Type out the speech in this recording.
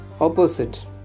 opposite